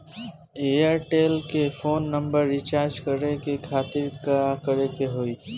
Airtel के phone number recharge करे के खातिर का करे के होई?